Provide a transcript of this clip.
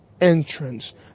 entrance